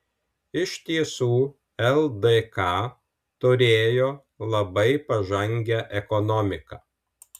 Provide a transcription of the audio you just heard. iš tiesų ldk turėjo labai pažangią ekonomiką